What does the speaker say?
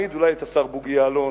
להעמיד אולי את השר בוגי יעלון,